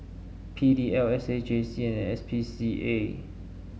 P D L S A J C and S P C A